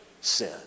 sin